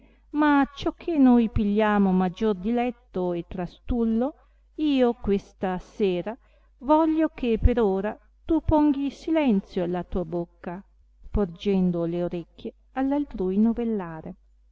ma acciò che noi pigliamo maggior diletto e trastullo io questa sera voglio che per ora tu ponghi silenzio alla tua bocca porgendo le orecchie all altrui novellare